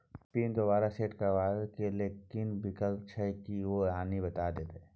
Pin दोबारा set करबा के लेल कोनो विकल्प छै की यो कनी बता देत?